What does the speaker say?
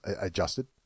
adjusted